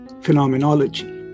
phenomenology